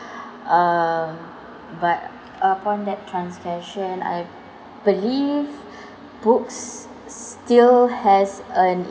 uh but upon that transgression I believe books still has an